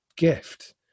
Gift